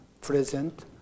present